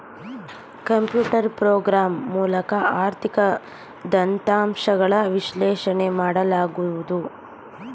computer program ಮೂಲಕ ಆರ್ಥಿಕ ದತ್ತಾಂಶಗಳ ವಿಶ್ಲೇಷಣೆ ಮಾಡಲಾಗುವುದು